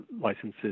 licenses